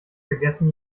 vergessen